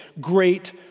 great